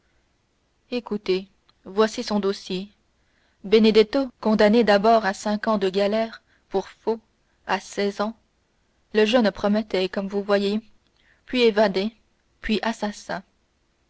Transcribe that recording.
écoutez voici son dossier benedetto condamné d'abord à cinq ans de galères pour faux à seize ans le jeune homme promettait comme vous voyez puis évadé puis assassin